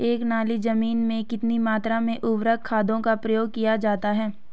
एक नाली जमीन में कितनी मात्रा में उर्वरक खादों का प्रयोग किया जाता है?